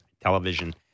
television